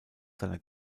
seiner